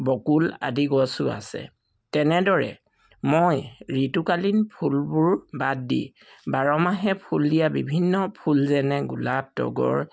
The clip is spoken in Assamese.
বকুল আদি গছো আছে তেনেদৰে মই ঋতুকালীন ফুলবোৰ বাদ দি বাৰমাহে ফুল দিয়া বিভিন্ন ফুল যেনে গোলাপ তগৰ